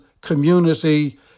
community